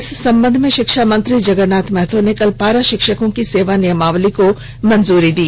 इस संबंध में शिक्षा मंत्री जगरनाथ महतो ने कल पारा शिक्षकों की सेवा नियमावली को मंजूरी दी